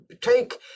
take